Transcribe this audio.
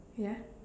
ya